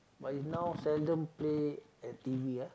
but is now seldom play at t_v ah